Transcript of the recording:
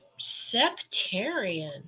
Septarian